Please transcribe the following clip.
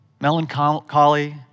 melancholy